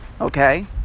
Okay